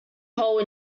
hole